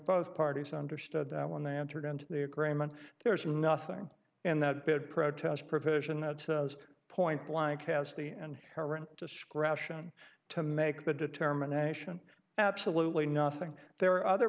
both parties understood that when they entered into the agreement there's nothing in that bid protest provision that says point blank has the and parent discretion to make the determination absolutely nothing there are other